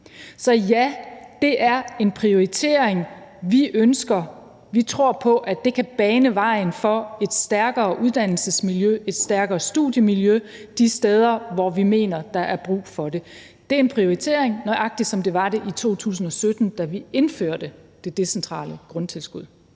Så ja, det er en prioritering, vi ønsker. Vi tror på, at det kan bane vejen for et stærkere uddannelsesmiljø og et stærkere studiemiljø de steder, hvor vi mener, der er brug for det. Det er en prioritering, nøjagtig som det var det i 2017, da vi indførte det decentrale grundtilskud.